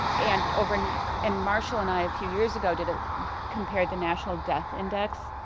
and over and and marshall and i a few years ago did a compared the national death index,